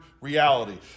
reality